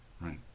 right